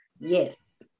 Yes